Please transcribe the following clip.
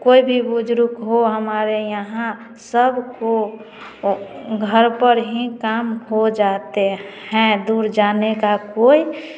कोई भी बुजुर्ग हो हमारे यहाँ सब को ओ घर पर ही काम हो जाते हैं दूर जाने का कोई